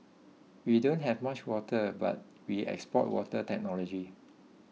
we don't have much water but we export water technology